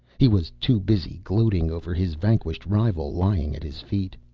he was too busy gloating over his vanquished rival lying at his feet.